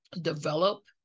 develop